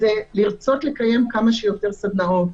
זה לרצות לקיים כמה שיותר סדנאות.